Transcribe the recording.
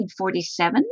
1947